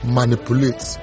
manipulate